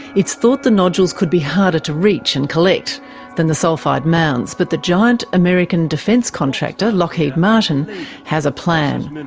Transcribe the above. it's thought the nodules could be harder to reach and collect than the sulphide mounds, but the giant american defence contractor lockheed martin has a plan. and